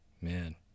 man